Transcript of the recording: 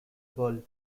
world